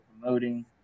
promoting